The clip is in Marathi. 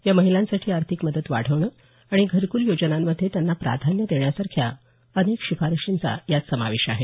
या महिलांसाठी आर्थिक मदत वाढवणं आणि घरकुल योजनांमध्ये त्यांना प्राधान्य देण्यासारख्या अनेक शिफारसींचा यात समावेश आहे